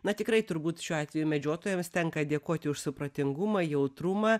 na tikrai turbūt šiuo atveju medžiotojams tenka dėkoti už supratingumą jautrumą